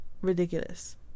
ridiculous